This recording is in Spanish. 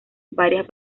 varias